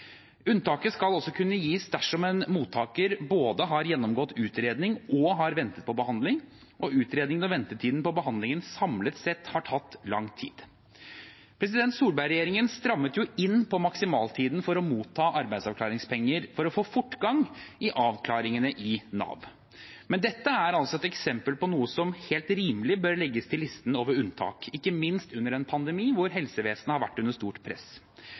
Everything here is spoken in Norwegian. Unntaket skal også kunne gis dersom en mottaker har gjennomgått utredning og ventet på behandling, og utredningen og ventetiden på behandlingen samlet sett har tatt lang tid. Solberg-regjeringen strammet inn på maksimaltiden for å motta arbeidsavklaringspenger for å få fortgang i avklaringene i Nav. Men dette er et eksempel på noe som helt rimelig bør legges til listen over unntak, ikke minst under en pandemi hvor helsevesenet har vært under stort press.